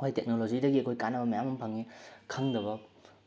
ꯍꯣꯏ ꯇꯦꯛꯅꯣꯂꯣꯖꯤꯗꯒꯤ ꯑꯩꯈꯣꯏ ꯀꯥꯟꯅꯕ ꯃꯌꯥꯝ ꯑꯃ ꯐꯪꯏ ꯈꯪꯗꯕ